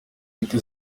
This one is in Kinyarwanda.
eric